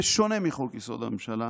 בשונה מחוק-יסוד: הממשלה,